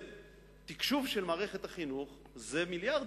תקשוב של מערכת החינוך זה מיליארדים,